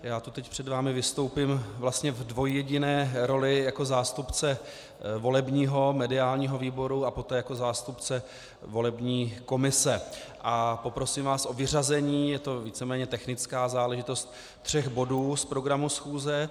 Já tu teď před vámi vystoupím vlastně v dvojjediné roli jako zástupce volebního mediálního výboru a poté jako zástupce volební komise a poprosím vás o vyřazení je to víceméně technická záležitost tří bodů z programu schůze.